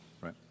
Right